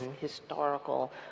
historical